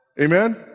Amen